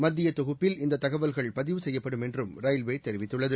மத்திய தொகுப்பில் இந்த தகவல்கள் பதிவுசெய்யப்படும் என்றும் ரயில்வே தெரிவித்துள்ளது